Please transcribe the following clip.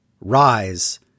Rise